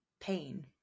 pain